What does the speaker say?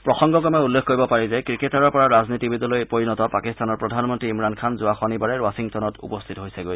প্ৰসংগক্ৰমে উল্লেখ কৰিব পাৰি যে ক্ৰিকেটাৰৰ পৰা ৰাজনীতিবিদলৈ পৰিণত পাকিস্তানৰ প্ৰধানমন্ত্ৰী ইমৰান খান যোৱা শনিবাৰে ৱাশ্বিংটনত উপস্থিত হৈছেগৈ